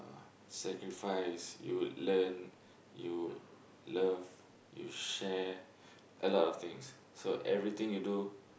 sacrifice you learn you love you share a lot of things so everything you do